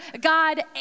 God